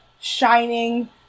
Shining